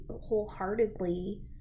wholeheartedly